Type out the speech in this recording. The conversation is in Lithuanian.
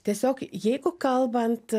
tiesiog jeigu kalbant